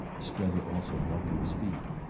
strether also got to his feet.